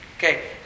Okay